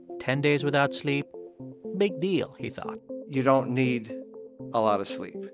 ten days without sleep big deal, he thought you don't need a lot of sleep.